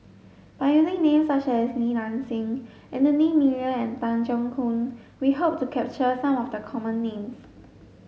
by using names such as Li Nanxing Anthony Miller and Tan Keong Choon we hope to capture some of the common names